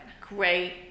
Great